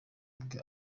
bwe